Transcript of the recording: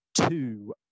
two